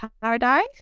Paradise